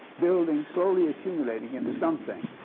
building, slowly accumulating into something.